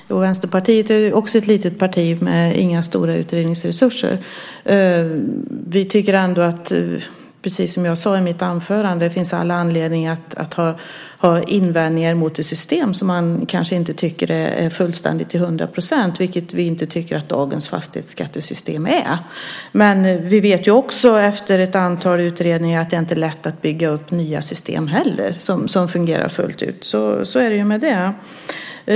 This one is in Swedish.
Fru talman! Vänsterpartiet är också ett litet parti utan några stora utredningsresurser. Vi tycker ändå, precis som jag sade i mitt anförande, att det finns all anledning att ha invändningar mot ett system som man inte tycker är fullständigt till hundra procent, vilket vi inte tycker att dagens fastighetsskattesystem är. Men vi vet ju också efter ett antal utredningar att det inte heller är lätt att bygga upp nya system som fungerar fullt ut.